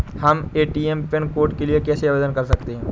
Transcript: हम ATM pin code के लिए कैसे आवेदन कर सकते हैं?